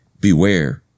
Beware